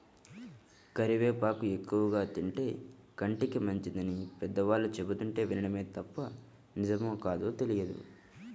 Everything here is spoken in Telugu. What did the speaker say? కరివేపాకు ఎక్కువగా తింటే కంటికి మంచిదని పెద్దవాళ్ళు చెబుతుంటే వినడమే తప్ప నిజమో కాదో తెలియదు